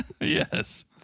Yes